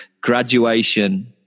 graduation